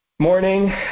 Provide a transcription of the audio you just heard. morning